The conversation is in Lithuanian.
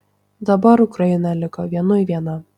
dabar ukraina liko vienui viena